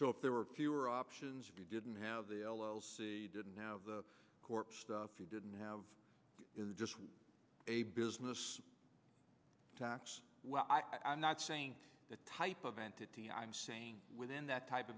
so if there were fewer options we didn't have the l l c didn't have the corp stuff you didn't have is just a business tax well i'm not saying that type of entity i'm saying within that type